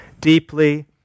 deeply